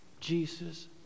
Jesus